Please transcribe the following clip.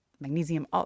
magnesium